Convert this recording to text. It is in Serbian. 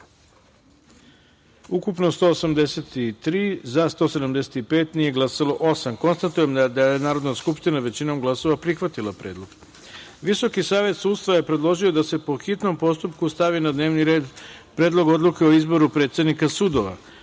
osam narodnih poslanika. Konstatujem da je Narodna skupština, većinom glasova, prihvatila predlog. Visoki savet sudstva je predložio da se, po hitnom postupku, stavi na dnevni red Predlog odluke o izboru predsednika